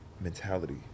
mentality